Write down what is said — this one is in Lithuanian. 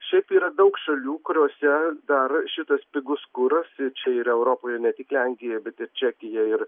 šiaip yra daug šalių kuriose dar šitas pigus kuras čia ir europoj ne tik lenkija bet ir čekija ir